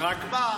רק מה,